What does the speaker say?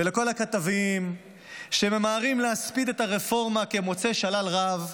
ולכל הכתבים שממהרים להספיד את הרפורמה כמוצאי שלל רב,